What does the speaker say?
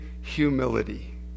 humility